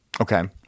Okay